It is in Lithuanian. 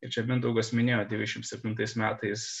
ir čia mindaugas minėjo devišem septintais metais